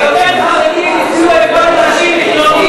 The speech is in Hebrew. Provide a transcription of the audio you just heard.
יותר חרדים הצביעו אתמול לנשים מחילונים.